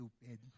stupid